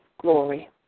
Glory